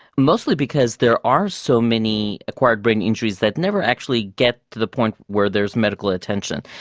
mostly because there are so many acquired brain injuries that never actually get to the point where there is medical attention.